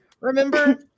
Remember